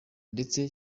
ndetse